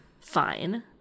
Fine